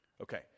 Okay